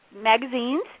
magazines